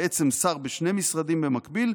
בעצם שר בשני משרדים במקביל,